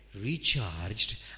recharged